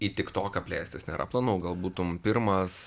į tik toką plėstis nėra planų gal būtum pirmas